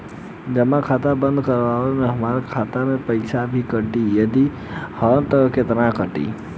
जमा खाता बंद करवावे मे हमरा खाता से पईसा भी कटी यदि हा त केतना कटी?